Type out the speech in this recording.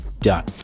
Done